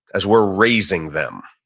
as we're raising them,